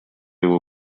его